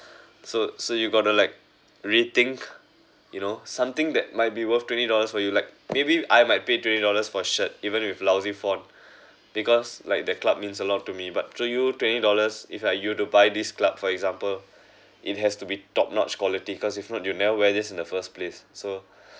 so so you got to like rethink you know something that might be worth twenty dollars for you like maybe I might pay twenty dollars for shirt even with lousy font because like the club means a lot to me but to you twenty dollars if I use to buy this club for example it has to be top notch quality cause if not you'll never wear this in the first place so